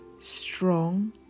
strong